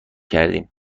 کردیم